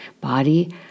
body